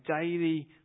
daily